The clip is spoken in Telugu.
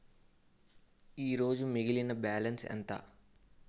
ఈరోజు మిగిలిన బ్యాలెన్స్ ఎంత?